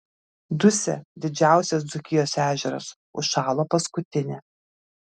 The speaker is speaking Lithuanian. dusia didžiausias dzūkijos ežeras užšalo paskutinė